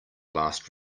last